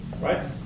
right